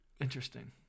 Interesting